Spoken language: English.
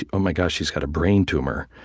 yeah oh my gosh, she's got a brain tumor.